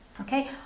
Okay